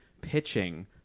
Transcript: pitching